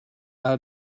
out